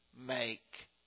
make